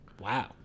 wow